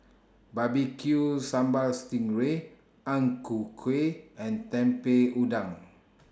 Barbecued Sambal Sting Ray Ang Ku Kueh and Udang